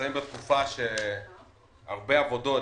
נמצאים בתקופה שהרבה עבודות